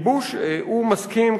הוא מסכים,